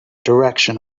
direction